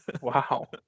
Wow